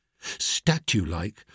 Statue-like